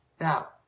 Now